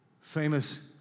famous